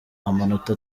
amanota